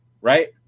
right